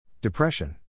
Depression